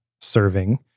serving